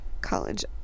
College